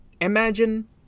imagine